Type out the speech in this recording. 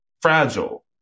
fragile